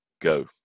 Go